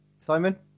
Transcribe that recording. Simon